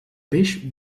peix